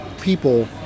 people